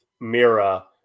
Mira